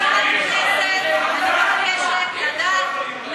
לסוריה, לדמשק, תודה לחבר הכנסת טיבי.